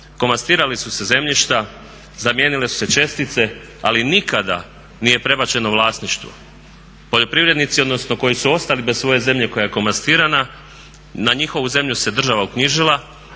komastirali su se zemljišta, zamijenile su se čestice, ali nikada nije prebačeno vlasništvo. Poljoprivrednici odnosno koji su ostali bez svoje zemlje koja je komastirana na njihovu se zemlju država uknjižila,